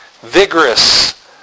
vigorous